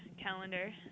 calendar